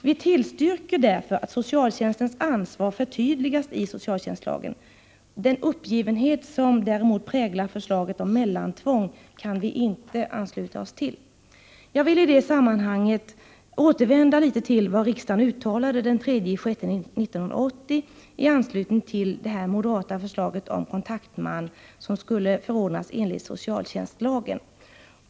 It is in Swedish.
Vi tillstyrker därför att socialtjänstens ansvar förtydligas i socialtjänstlagen. Den uppgivenhet som präglar förslaget om mellantvång kan vi däremot inte ansluta oss till. Jag villi detta sammanhang återvända till vad riksdagen uttalade den 3 juni 1980 i anslutning till det moderata förslaget om kontaktman som skulle förordnas enligt socialtjänstlagen.